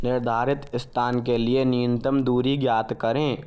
निर्धारित स्थान के लिए न्यूनतम दूरी ज्ञात करें